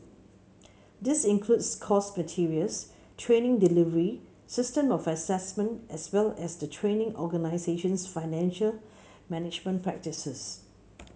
this includes course materials training delivery system of assessment as well as the training organisation's financial management practices